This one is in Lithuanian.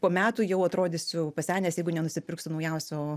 po metų jau atrodysiu pasenęs jeigu nenusipirksiu naujausio